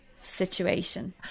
situation